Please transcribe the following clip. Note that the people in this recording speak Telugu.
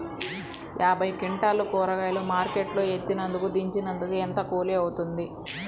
యాభై క్వింటాలు కూరగాయలు మార్కెట్ లో ఎత్తినందుకు, దించినందుకు ఏంత కూలి అవుతుంది?